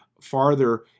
farther